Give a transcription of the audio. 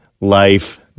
life